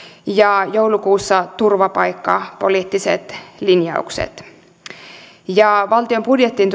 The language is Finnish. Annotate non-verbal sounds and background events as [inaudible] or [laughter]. ja joulukuussa turvapaikkapoliittiset linjaukset valtion budjettiin [unintelligible]